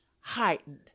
heightened